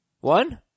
One